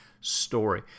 story